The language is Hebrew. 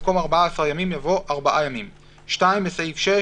במקום "ארבעה עשר ימים" יבוא "ארבעה ימים"; בסעיף 6,